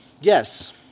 Yes